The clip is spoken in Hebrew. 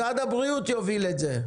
משרד הבריאות יוביל את זה.